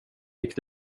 gick